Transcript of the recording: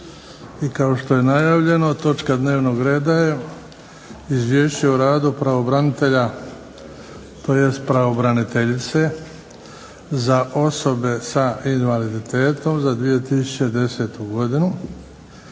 i kao što je najavljeno točka dnevnog reda je - Izvješće o radu pravobranitelja za osobe s invaliditetom za 2010. godinu